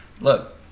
Look